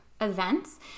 events